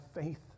faith